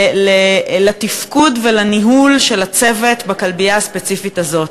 לתפקוד ולניהול של הצוות בכלבייה הספציפית הזאת.